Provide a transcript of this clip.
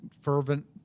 fervent